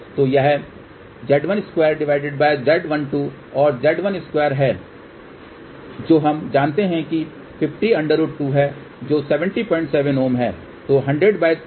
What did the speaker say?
तो वह Z12ZL12 और Z12 है जो हम जानते हैं कि 50√2 है जो 707 Ω है